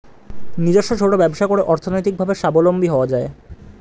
নিজস্ব ছোট ব্যবসা করে অর্থনৈতিকভাবে স্বাবলম্বী হওয়া যায়